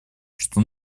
что